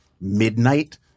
midnight